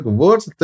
words